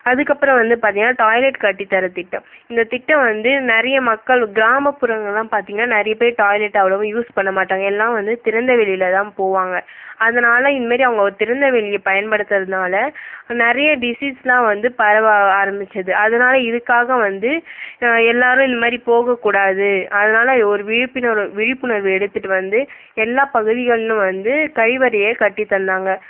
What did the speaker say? அதற்கப்பறம் வந்து பார்த்தீங்கன்னா டாய்லெட் கட்டித் தரத் திட்டம் இந்த திட்டம் வந்து நிறைய மக்கள் கிராமப்புறங்கள்லாம் பார்த்தீங்கன்னா நிறையப் பேர் டாய்லெட் அவ்ளோவாக யூஸ் பண்ண மாட்டாங்க எல்லாம் வந்து திறந்த வெளியில தான் போவாங்க அதனால இந்மாரி அவங்க திறந்த வெளியை பயன்படுத்துறதுனால நிறைய டிசீஸ்லாம் வந்து பரவ ஆரமிச்சது அதனால் இதற்காக வந்து எல்லாரும் இந்த மாதிரி போகக்கூடாது அதனால் ஒரு விழிப்பிணர்வு விழிப்புணர்வு எடுத்துகிட்டு வந்து எல்லாப் பகுதிகள்னு வந்து கழிவறையை கட்டித் தந்தாங்க